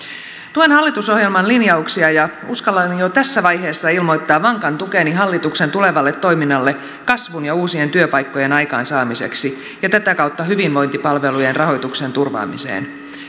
tuen hallitusohjelman linjauksia ja uskallan jo tässä vaiheessa ilmoittaa vankan tukeni hallituksen tulevalle toiminnalle kasvun ja uusien työpaikkojen aikaansaamiseksi ja tätä kautta hyvinvointipalvelujen rahoituksen turvaamiseen